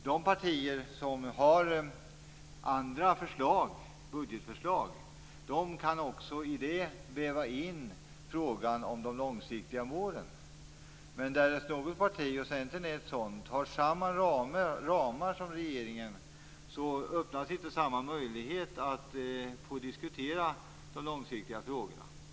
De partier som har andra budgetförslag kan också i det väva in frågan om de långsiktiga målen, medan för partier som Centern som har samma ramar som regeringen öppnas inte samma möjlighet att få diskutera de långsiktiga frågorna.